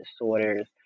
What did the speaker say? disorders